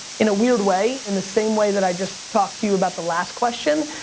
in a weird way, in the same way that i just talked you about the last question,